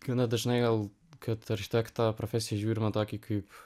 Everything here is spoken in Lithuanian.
gana dažnai gal kad architekto profesiją žiūrima tokį kaip